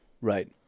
right